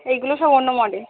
এইগুলো সব অন্য মডেল